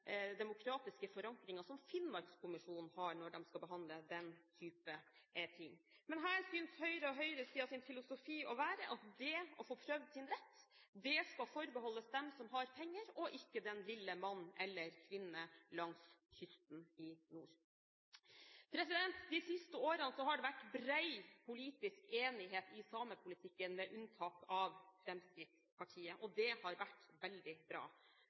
demokratiske forankringen som Finnmarkskommisjonen har når de skal behandle den type ting. Men her synes Høyres og høyresidens filosofi å være at det å få prøvd sin rett skal forbeholdes de som har penger, og ikke den lille mann eller kvinne langs kysten i nord. De siste årene har det vært bred politisk enighet i samepolitikken, med unntak av Fremskrittspartiet, og det har vært veldig bra.